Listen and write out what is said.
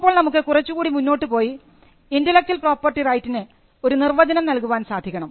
ഇപ്പോൾ നമുക്ക് കുറച്ചുകൂടി മുന്നോട്ടു പോയി ഇന്റെലക്ച്വൽ പ്രോപ്പർട്ടി റൈറ്റിന് ഒരു നിർവചനം നൽകുവാൻ സാധിക്കണം